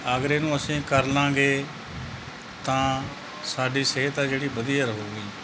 ਅਗਰ ਇਹਨੂੰ ਅਸੀਂ ਕਰਲਾਂਗੇ ਤਾਂ ਸਾਡੀ ਸਿਹਤ ਆ ਜਿਹੜੀ ਵਧੀਆ ਰਹੂਗੀ